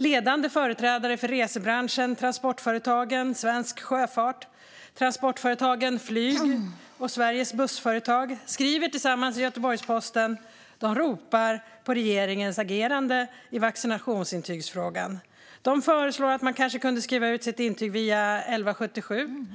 Ledande företrädare för resebranschen, Transportföretagen, Svensk Sjöfart, Transportföretagen Flyg och Sveriges Bussföretag skriver tillsammans i Göteborgs-Posten att de ropar på regeringens agerande i vaccinationsintygsfrågan. De föreslår att man kanske kan skriva ut sitt intyg via 1177,